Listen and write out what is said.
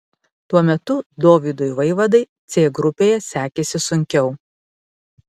tuo metu dovydui vaivadai c grupėje sekėsi sunkiau